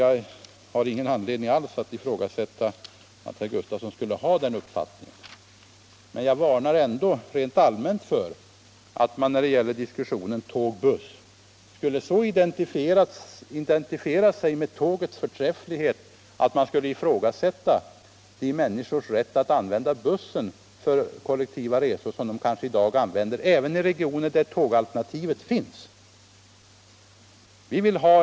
Jag har ingen anledning att tro att herr Gustafson skulle ha den uppfattningen. Men jag varnar ändå rent allmänt för att man i diskussionen tåg-buss skulle ifrågasätta människornas rätt att använda bussen för kollektivresor. Även i regioner där det finns ett tågalternativ använder många människor bussen.